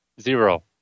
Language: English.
Zero